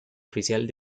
oficial